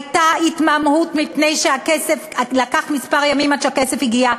הייתה התמהמהות מפני שעברו כמה ימים עד שהכסף הגיע.